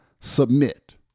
submit